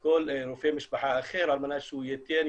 כל רופא משפחה אחר על מנת שהוא ירצה